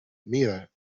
mira